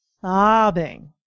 sobbing